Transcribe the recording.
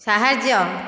ସାହାଯ୍ୟ